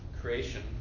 creation